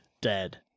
dead